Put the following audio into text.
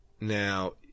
now